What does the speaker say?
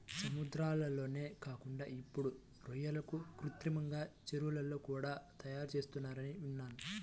సముద్రాల్లోనే కాకుండా ఇప్పుడు రొయ్యలను కృత్రిమంగా చెరువుల్లో కూడా తయారుచేత్తన్నారని విన్నాను